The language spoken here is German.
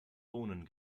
bohnen